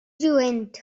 lluent